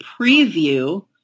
preview